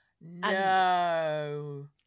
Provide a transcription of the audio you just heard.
no